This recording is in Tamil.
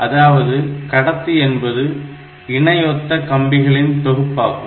அதாவது கடத்தி என்பது இணையொத்த கம்பிகளின் தொகுப்பாகும்